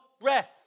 breath